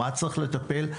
ובמה צריך לטפל.